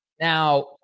Now